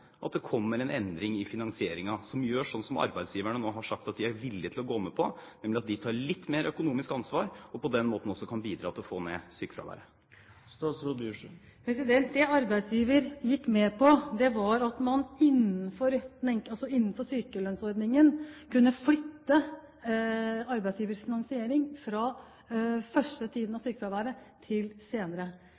at det kommer en endring i finansieringen, som arbeidsgiverne nå har sagt at de er villige til å gå med på, nemlig at de tar litt mer økonomisk ansvar og på den måten også bidrar til å få ned sykefraværet? Det arbeidsgiversiden gikk med på, var at man innenfor sykelønnsordningen kunne flytte arbeidsgivers finansiering fra første tiden av sykefraværet til senere.